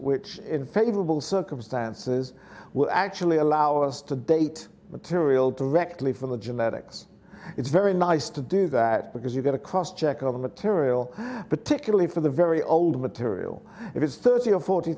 which in favorable circumstances will actually allow us to date material to directly from the genetics it's very nice to do that because you get a cross check of material particularly for the very old material if it's thirty or forty